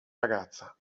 ragazza